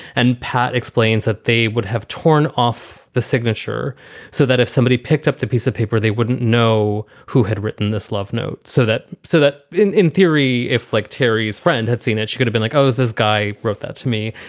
and pat explains that they would have torn off the signature so that if somebody picked up the piece of paper, they wouldn't know who had written this love note. so that so that in in theory, if, like terry's friend had seen it, she could've been like, oh, this guy wrote that to me.